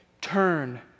turn